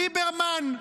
ליברמן,